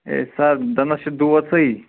A سَر دَنٛدَس چھِ دود صحیح